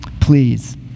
Please